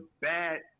bad